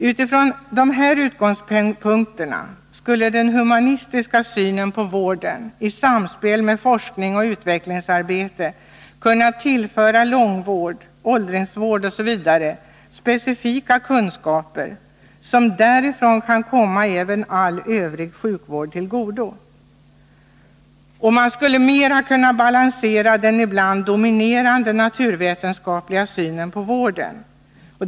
Utifrån dessa utgångspunkter skulle den humanistiska synen på vården i samspel med forskning och utvecklingsarbete kunna tillföra långvård, åldringsvård osv. specifika kunskaper, som därifrån kan komma även all övrig sjukvård till godo. Man skulle mera kunna balansera den ibland dominerande naturvetenskapliga synen på vården.